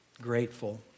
grateful